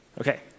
Okay